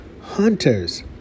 hunters